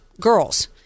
girls